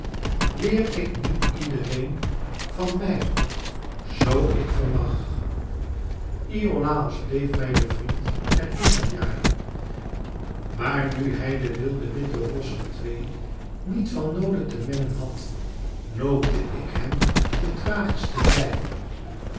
weer ik niet iedereen van mij zoo ik vermag iolàos bleef mij de vriend der kinderjaren maar nu hij de witte wilde rossen twee niet van noode te mennen had noopte ik hem te thrachis te blijven